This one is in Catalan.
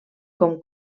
com